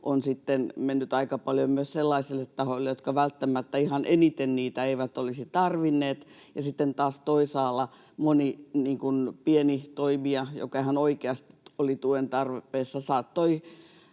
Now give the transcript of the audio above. oli mennyt aika paljon myös sellaisille tahoille, jotka välttämättä ihan eniten niitä eivät olisi tarvinneet, ja sitten taas toisaalla moni pieni toimija, joka ihan oikeasti oli tuen tarpeessa,